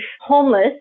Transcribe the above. homeless